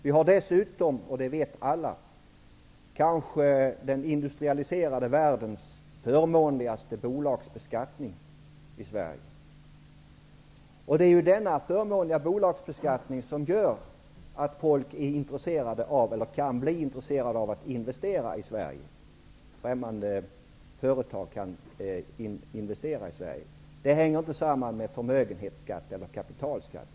Vi har i Sverige -- det vet alla -- förmodligen den mest förmånliga bolagsbeskattningen i den industrialiserade världen. Det är den förmånliga bolagsbeskattningen som medför att utländska företag är intresserade av eller kan bli intresserade av att investera i Sverige. Det hänger inte samman med förmögenhetsskatt eller kapitalskatt.